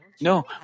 No